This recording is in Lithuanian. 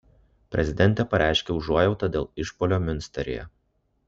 prezidentė pareiškė užuojautą dėl išpuolio miunsteryje